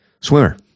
swimmer